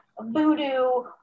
voodoo